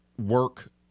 work